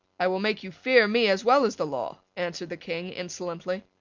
i will make you fear me as well as the law, answered the king, insolently.